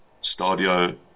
stadio